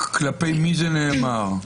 כלפי מי זה נאמר?